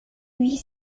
huit